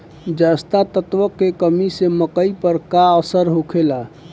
जस्ता तत्व के कमी से मकई पर का असर होखेला?